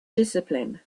discipline